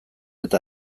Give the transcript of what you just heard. eta